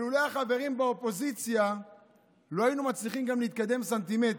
לולא החברים באופוזיציה לא היינו מצליחים להתקדם גם סנטימטר.